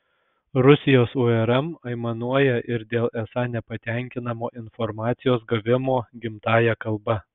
rusijos urm aimanuoja ir dėl esą nepatenkinamo informacijos gavimo gimtąja kalba